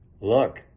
Look